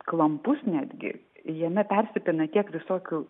klampus netgi jame persipina tiek visokių